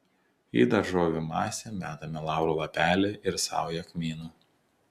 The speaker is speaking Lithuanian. į daržovių masę metame lauro lapelį ir saują kmynų